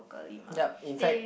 yup in fact